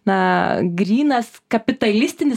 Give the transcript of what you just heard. na grynas kapitalistinis